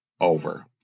over